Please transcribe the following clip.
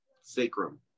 Sacrum